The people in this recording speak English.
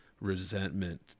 resentment